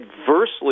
adversely